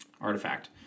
artifact